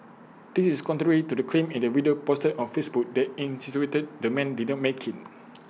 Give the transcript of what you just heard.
this is contrary to the claim in the video posted on Facebook that insinuated the man did not make IT